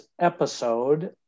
episode